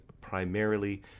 primarily